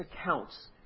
accounts